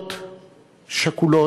משפחות שכולות,